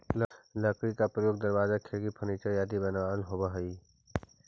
लकड़ी के प्रयोग दरवाजा, खिड़की, फर्नीचर आदि बनावे में होवऽ हइ